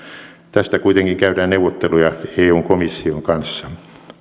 tästä kuitenkin käydään neuvotteluja eun komission kanssa